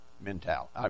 mentality